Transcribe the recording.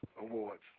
Awards